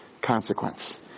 consequence